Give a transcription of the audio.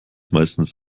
meistens